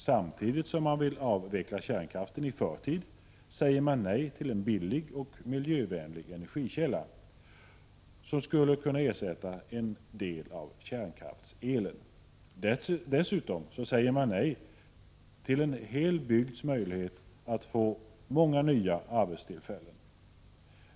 Samtidigt som man vill avveckla kärnkraften i förtid säger man nej till en billig och miljövänlig energikälla, som skulle kunna ersätta en del av kärnkraftselen. Dessutom säger man nej till en hel bygds möjlighet att få många nya arbetstillfällen.